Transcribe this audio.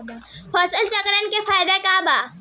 फसल चक्रण के फायदा का बा?